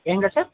எங்கே சார்